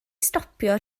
stopio